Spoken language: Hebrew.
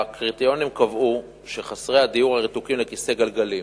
הקריטריונים קבעו שחסרי דיור הרתוקים לכיסאות גלגלים